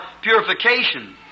purification